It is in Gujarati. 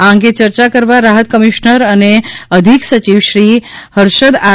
આ અંગે ચર્ચા કરવા રાહત કમિશનર અને અધિક સચિવ શ્રી હર્ષદ આર